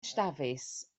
dafis